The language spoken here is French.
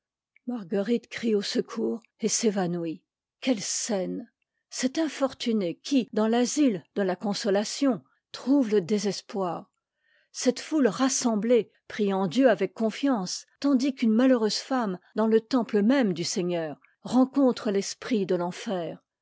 marguerite crie au secours et s'évanouit quelle scène cette infortunée qui dans l'asile de la consolation trouve le désespoir cette foule rassemblée priant dieu avec confiance tandis qu'une malheureuse femme dans le temple même du seigneur rencontre l'esprit de